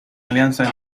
alianza